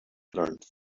learned